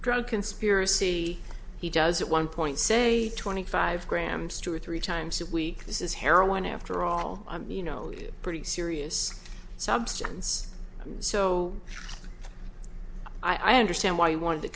drug conspiracy he does at one point say twenty five grams two or three times a week this is heroin after all i'm you know it pretty serious substance so i understand why you wanted to